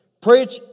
preach